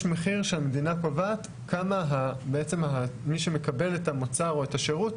יש מחיר שהמדינה קובעת כמה בעצם מי שמקבל את המוצר או את השירות,